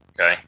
okay